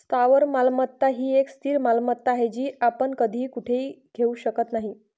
स्थावर मालमत्ता ही एक स्थिर मालमत्ता आहे, जी आपण कधीही कुठेही घेऊ शकत नाही